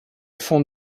fond